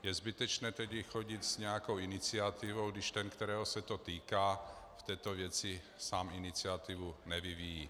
Je zbytečné tedy chodit s nějakou iniciativou, když ten, kterého se to týká, v této věci sám iniciativu nevyvíjí.